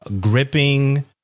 gripping